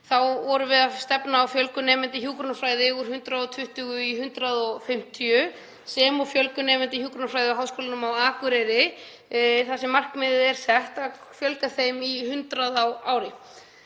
Þá vorum við að stefna á fjölgun nemenda í hjúkrunarfræði úr 120 í 150 sem og fjölgun nemenda í hjúkrunarfræði í Háskólanum á Akureyri þar sem það markmið er sett að fjölga þeim í 100 á ári.